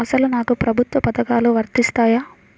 అసలు నాకు ప్రభుత్వ పథకాలు వర్తిస్తాయా?